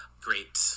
great